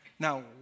Now